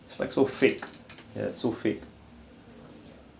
it's like so fake ya so fake